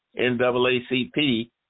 NAACP